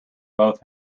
both